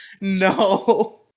No